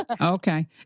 okay